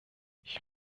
ich